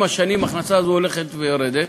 עם השנים, ההכנסה הזאת הולכת ויורדת.